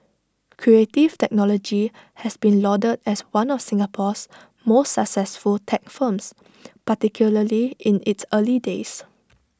Creative Technology has been lauded as one of Singapore's most successful tech firms particularly in its early days